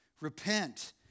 Repent